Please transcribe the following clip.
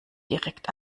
direkt